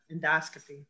endoscopy